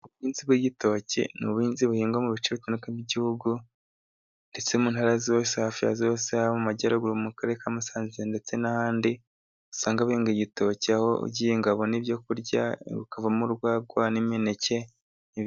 Inzigo y'igitoki ni ubuhinzi buhingwa mu bice bitandukanye by'igihugu ndetse mu ntara hafi ya zose mu majyaruguru mu karere ka Musanze ndetse n'ahandi usanga bahinga igitoki aho ugihinga abona ibyo kurya bikavamo urwagwa n'imineke nibindi.